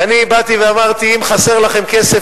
ואני באתי ואמרתי: אם חסר לכם כסף,